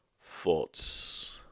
thoughts